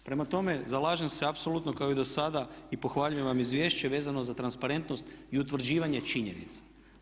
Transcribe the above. Prema tome, zalažem se apsolutno kao i dosada i pohvaljujem vam izvješće vezano za transparentnost i utvrđivanje činjenica.